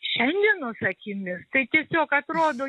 šiandienos akimis tai tiesiog atrodo